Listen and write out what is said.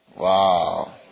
Wow